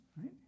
right